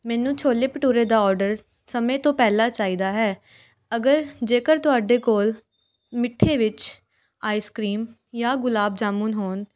ਮੈਨੂੰ ਛੋਲੇ ਭਟੂਰੇ ਦਾ ਔਡਰ ਸਮੇਂ ਤੋਂ ਪਹਿਲਾਂ ਚਾਹੀਦਾ ਹੈ ਅਗਰ ਜੇਕਰ ਤੁਹਾਡੇ ਕੋਲ ਮਿੱਠੇ ਵਿੱਚ ਆਈਸ ਕਰੀਮ ਜਾਂ ਗੁਲਾਬ ਜਾਮੁਣ ਹੋਣ